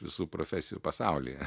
visų profesijų pasaulyje